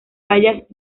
bayas